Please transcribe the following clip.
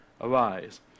arise